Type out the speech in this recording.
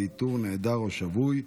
ואיתור נעדר או שבוי,